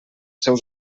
seus